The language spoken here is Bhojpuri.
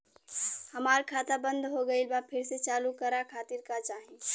हमार खाता बंद हो गइल बा फिर से चालू करा खातिर का चाही?